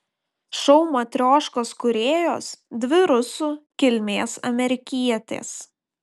šou matrioškos kūrėjos dvi rusų kilmės amerikietės